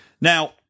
Now